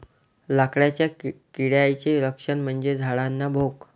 लाकडाच्या किड्याचे लक्षण म्हणजे झाडांना भोक